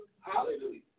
Hallelujah